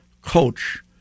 coach